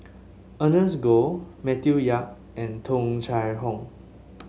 Ernest Goh Matthew Yap and Tung Chye Hong